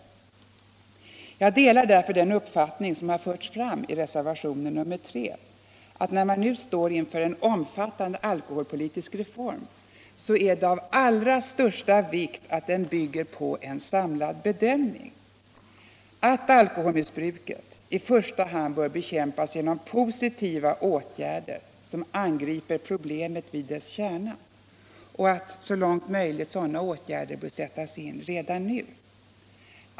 Jag delar därför den uppfattning som har förts fram i reservationen 3, att när man nu står inför en omfattande alkoholpolitisk reform är det av allra största vikt att den bygger på en samlad bedömning. Alkoholmissbruket bör i första hand bekämpas genom positiva åtgärder som angriper problemens kärna, och sådana åtgärder bör så långt det är möjligt sättas in redan nu.